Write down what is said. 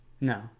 No